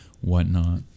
whatnot